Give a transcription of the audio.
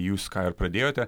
jūs ką ir pradėjote